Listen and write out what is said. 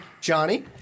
Johnny